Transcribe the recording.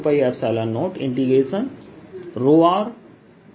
r r